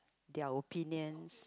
their opinions